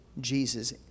Jesus